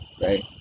right